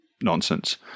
nonsense